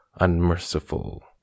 unmerciful